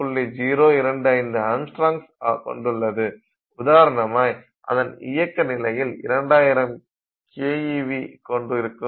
025 angstroms கொண்டுள்ளது உதாரணமாய் அதன் இயக்க நிலையில் 200 KeV கொண்டிருக்கும்